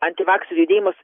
antivakserių judėjimas